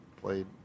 played